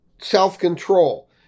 self-control